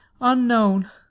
unknown